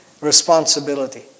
responsibility